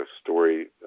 story